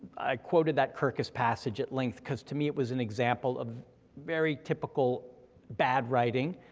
i quoted that kirkus passage at length cause to me it was an example of very typical bad writing,